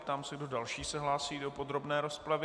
Ptám se, kdo další se hlásí do podrobné rozpravy.